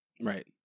right